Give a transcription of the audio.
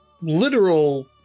literal